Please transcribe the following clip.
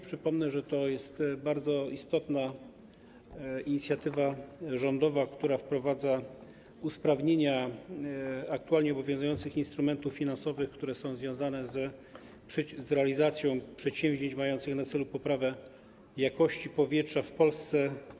Przypomnę, że to jest bardzo istotna inicjatywa rządowa, która wprowadza usprawnienia aktualnie obowiązujących instrumentów finansowych, które są związane z realizacją przedsięwzięć mających na celu poprawę jakości powietrza w Polsce.